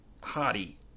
hardy